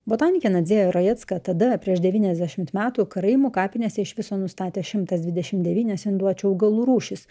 botanikė nadzėja rajecka tada prieš devyniasdešimt metų karaimų kapinėse iš viso nustatė šimtas dvidešimt devynias induočių augalų rūšis